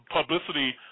publicity